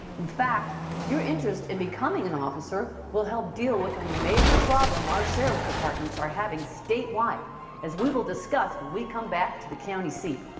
in fact your interest in becoming an officer will help deal with a major problem our sheriff departments are having state wide as we will discuss when we come back to the county seat.